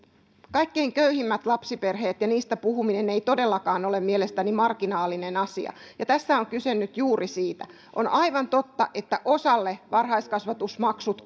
kaikkein köyhimmät lapsiperheet ja niistä puhuminen eivät todellakaan ole mielestäni marginaalinen asia ja tässä on nyt kyse juuri siitä on aivan totta että osalle varhaiskasvatusmaksut